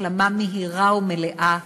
החלמה מהירה ומלאה